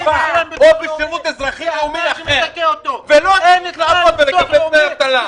או בשירות לאומי אזרחי אחר ולא לקבל דמי אבטלה.